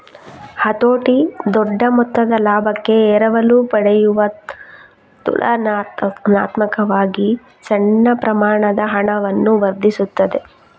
ಹತೋಟಿ ದೊಡ್ಡ ಮೊತ್ತದ ಲಾಭಕ್ಕೆ ಎರವಲು ಪಡೆಯುವ ತುಲನಾತ್ಮಕವಾಗಿ ಸಣ್ಣ ಪ್ರಮಾಣದ ಹಣವನ್ನು ವರ್ಧಿಸುತ್ತದೆ